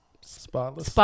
spotless